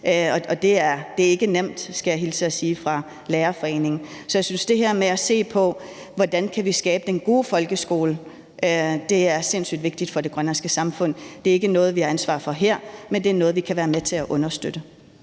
og det er ikke nemt, skal jeg hilse og sige fra lærerforeningen. Så jeg synes, at det her med at se på, hvordan vi kan skabe den gode folkeskole, er sindssyg vigtigt for det grønlandske samfund. Det er ikke noget, vi har ansvar for her, men det er noget, vi kan være med til at understøtte.